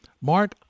Mark